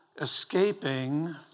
escaping